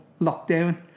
lockdown